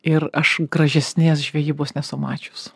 ir aš gražesnės žvejybos nesu mačius